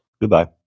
Goodbye